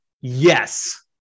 Yes